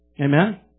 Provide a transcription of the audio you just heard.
Amen